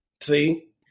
See